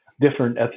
different